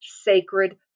sacred